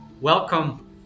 Welcome